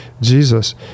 jesus